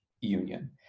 Union